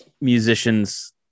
musicians